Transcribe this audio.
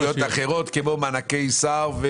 כמה הלך לרשויות אחרות כמו מענקי שר?